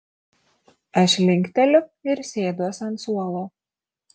aš linkteliu ir sėduos ant suolo